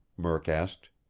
murk asked.